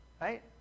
right